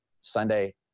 Sunday